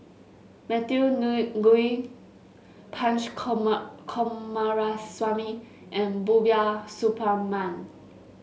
Matthew Ngui Punch Coomaraswamy and Rubiah Suparman